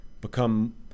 become